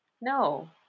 No